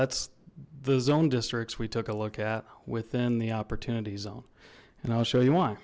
that's the zone districts we took a look at within the opportunity zone and i'll show you w